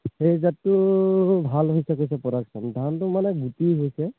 সেই জাতটো ভাল হৈছে কৈছে প্ৰডাকশ্যন ধানটো মানে গুটি হৈছে